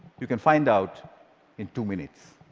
you can find out in two minutes?